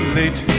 late